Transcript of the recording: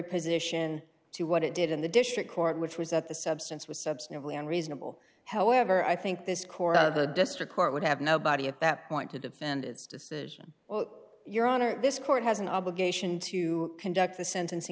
position to what it did in the district court which was at the substance was substantively unreasonable hell ever i think this court or the district court would have nobody at that point to defend its decision well your honor this court has an obligation to conduct the sentencing